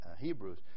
Hebrews